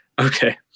Okay